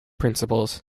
principles